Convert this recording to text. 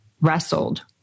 wrestled